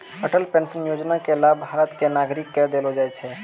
Atal pension योजना के लाभ भारत के नागरिक क देलो जाय छै